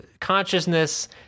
consciousness